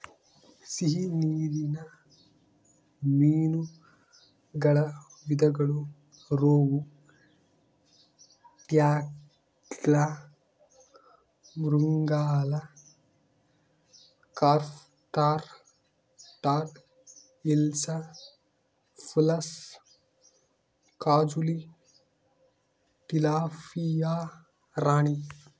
ಸಿಹಿ ನೀರಿನ ಮೀನುಗಳ ವಿಧಗಳು ರೋಹು, ಕ್ಯಾಟ್ಲಾ, ಮೃಗಾಲ್, ಕಾರ್ಪ್ ಟಾರ್, ಟಾರ್ ಹಿಲ್ಸಾ, ಪುಲಸ, ಕಾಜುಲಿ, ಟಿಲಾಪಿಯಾ ರಾಣಿ